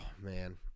man